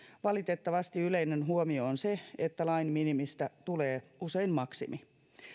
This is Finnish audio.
valitettavasti yleinen huomio on se että lain minimistä tulee usein maksimi